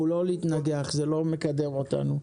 לא להתנגח, זה לא מקדם אותנו.